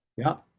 yeah.